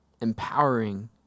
empowering